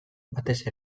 batez